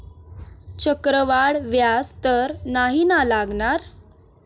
चक्रवाढ व्याज तर नाही ना लागणार?